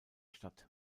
stadt